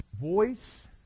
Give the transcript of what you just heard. voice